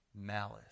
malice